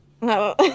No